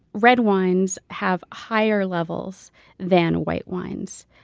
red wines have higher levels than white wines.